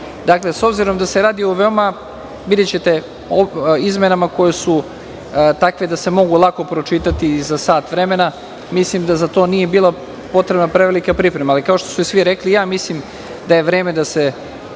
Dakle, s obzirom da se radi o izmenama koje su takve da se mogu lako pročitati za sat vremena, mislim da za to nije bila potrebna prevelika priprema. Kao što su svi rekli, i ja mislim da je vreme da se